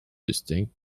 distinct